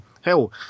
Hell